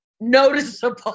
noticeable